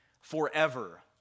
forever